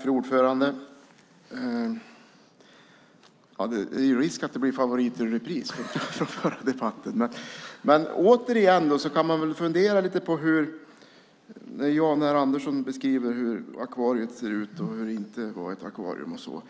Fru talman! Det är risk att det blir favoriter i repris med tanke på förra debatten. Man blir lite fundersam när Jan R Andersson talar om akvarium eller inte akvarium och så vidare.